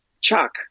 Chuck